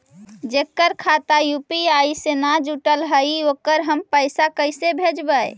जेकर खाता यु.पी.आई से न जुटल हइ ओकरा हम पैसा कैसे भेजबइ?